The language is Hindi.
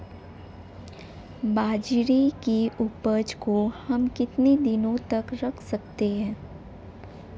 बाजरे की उपज को हम कितने दिनों तक रख सकते हैं?